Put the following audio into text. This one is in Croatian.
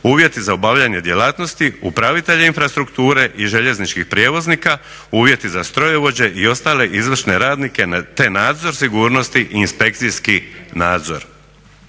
uvjeti za obavljanje djelatnosti, upravitelja infrastrukture i željezničkih prijevoznika, uvjeti za strojovođe i ostale izvršne radnike te nadzor sigurnosti i inspekcijski nadzor.